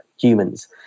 humans